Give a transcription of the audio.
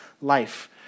life